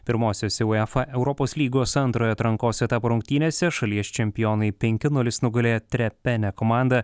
pirmosiose uefa europos lygos antrojo atrankos etapo rungtynėse šalies čempionai penki nulis nugalėjo trepene komandą